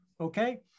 okay